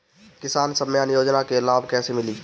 किसान सम्मान योजना के लाभ कैसे मिली?